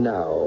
Now